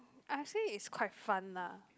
I say is quite fun lah